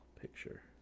picture